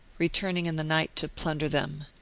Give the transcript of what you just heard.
returning in the night to plunder them.